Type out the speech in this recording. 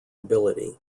ability